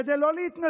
כדי לא להתנצל,